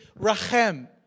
rachem